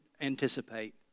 anticipate